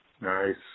nice